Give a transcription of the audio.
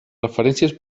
referències